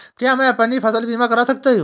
क्या मैं अपनी फसल बीमा करा सकती हूँ?